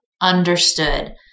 understood